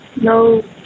no